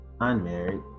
unmarried